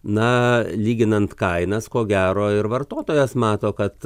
na lyginant kainas ko gero ir vartotojas mato kad